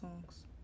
songs